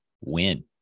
win